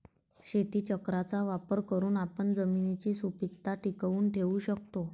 शेतीचक्राचा वापर करून आपण जमिनीची सुपीकता टिकवून ठेवू शकतो